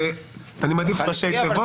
אני מעדיף ראשי תיבות.